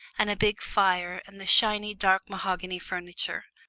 and a big fire and the shiny dark mahogany furniture.